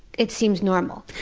it seems normal.